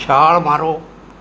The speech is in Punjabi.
ਛਾਲ਼ ਮਾਰੋ